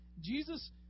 Jesus